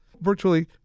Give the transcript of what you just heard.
virtually